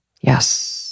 Yes